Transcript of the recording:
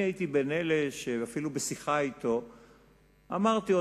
הייתי מאלה שאפילו בשיחה אתו אמרתי,